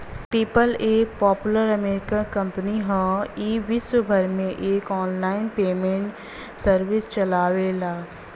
PayPal एक popular American company हौ ई विश्वभर में एक आनलाइन पेमेंट सर्विस चलावेला